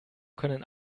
können